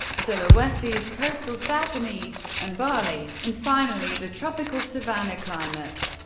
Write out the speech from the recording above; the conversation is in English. sulawesi's coastal south and east, and bali, and finally the tropical savanna climate,